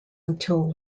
until